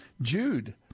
Jude